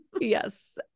Yes